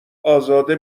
ازاده